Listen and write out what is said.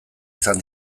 izan